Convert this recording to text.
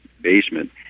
basement